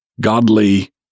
godly